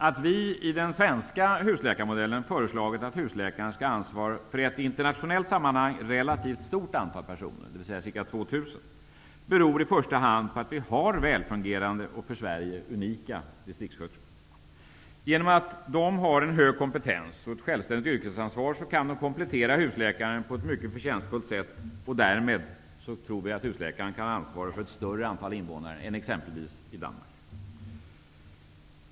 Att vi i den svenska husläkarmodellen har föreslagit att husläkaren skall ha ansvar för ett i internationella sammanhang relativt stort antal personer, dvs. ca 2 000, beror i första hand på att vi har välfungerande och för Sverige unika distriktssköterskor. Genom att de har en hög kompetens och ett självständigt yrkesansvar kan de komplettera husläkaren på ett mycket förtjänstfullt sätt, och därmed tror vi att husläkaren kan ha ansvar för ett större antal invånare än vad som är fallet exempelvis i Danmark.